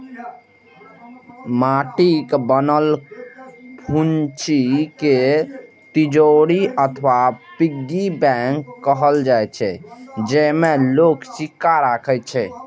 माटिक बनल फुच्ची कें तिजौरी अथवा पिग्गी बैंक कहल जाइ छै, जेइमे लोग सिक्का राखै छै